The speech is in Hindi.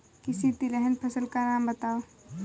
किसी तिलहन फसल का नाम बताओ